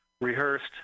rehearsed